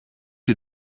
you